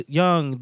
young